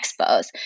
expos